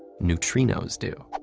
neutrinos do.